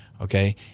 okay